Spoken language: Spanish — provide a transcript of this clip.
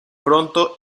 pronto